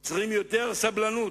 אתם צריכים יותר סבלנות,